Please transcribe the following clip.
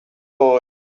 boy